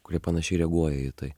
kurie panašiai reaguoja į tai